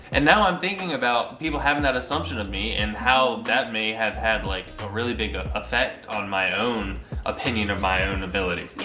and now i'm thinking about people having that assumption about me and how that may have had like a really big affect on my own opinion of my own ability.